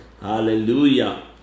Hallelujah